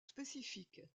spécifiques